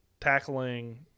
tackling